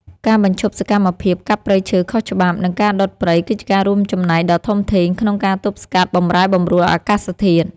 ការបញ្ឈប់សកម្មភាពកាប់ព្រៃឈើខុសច្បាប់ និងការដុតព្រៃគឺជាការរួមចំណែកដ៏ធំធេងក្នុងការទប់ស្កាត់បម្រែបម្រួលអាកាសធាតុ។